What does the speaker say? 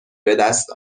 بدست